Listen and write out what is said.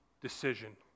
decision